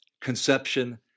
conception